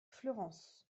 fleurance